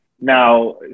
Now